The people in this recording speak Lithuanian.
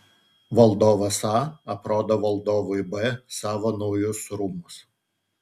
valdovas a aprodo valdovui b savo naujus rūmus